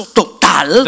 total